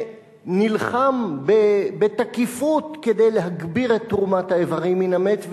שנלחם בתקיפות כדי להגביר את תרומת האיברים מהמת,